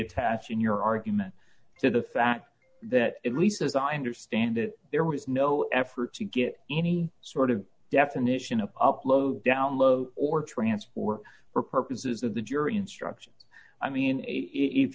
attach in your argument to the fact that at least as i understand it there was no effort to get any sort of definition of upload download or transport for purposes of the jury instruction i mean if